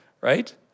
right